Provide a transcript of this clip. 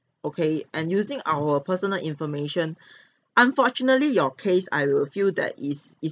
okay and using our personal information unfortunately your case I will feel that is is